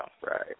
Right